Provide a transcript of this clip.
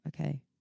okay